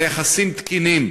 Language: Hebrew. על יחסים תקינים,